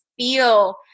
feel